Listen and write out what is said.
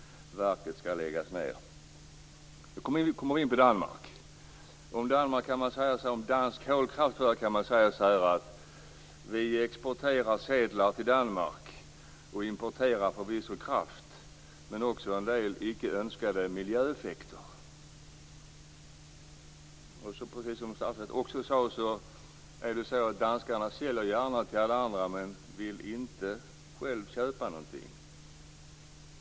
Verket skall läggas ned. Då kommer vi in på Danmark. Om dansk kolkraft kan man säga så här: Vi exporterar sedlar till Danmark och importerar förvisso kraft - men också en del icke önskade miljöeffekter. Precis som statsrådet också sade säljer danskarna gärna till alla andra men vill inte själva köpa någonting.